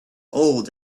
old